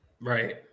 right